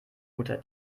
guter